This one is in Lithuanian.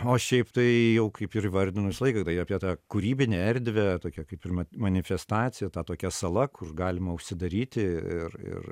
o šiaip tai jau kaip ir įvardino visą laiką tai apie tą kūrybinę erdvę tokią kaip ir manifestaciją ta tokia sala kur galima užsidaryti ir ir